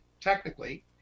technically